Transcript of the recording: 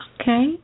Okay